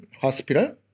hospital